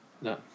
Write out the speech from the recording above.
No